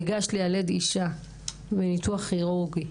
כשאתה ניגש ליילד אישה בניתוח כירורגי,